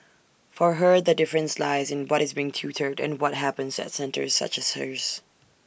for her the difference lies in what is being tutored and what happens at centres such as hers